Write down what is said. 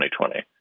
2020